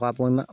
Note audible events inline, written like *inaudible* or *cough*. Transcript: *unintelligible*